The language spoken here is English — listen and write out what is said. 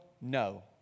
no